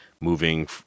Moving